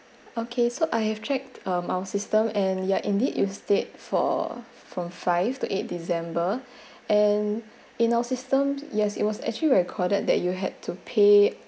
okay so I have checked um our system and ya indeed you stayed for from five to eight december and in our system yes it was actually recorded that you had to pay